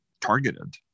targeted